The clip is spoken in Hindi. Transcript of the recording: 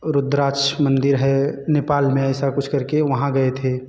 रूद्राक्ष मंदिर है नेपाल में ऐसा कुछ करके वहाँ गए थे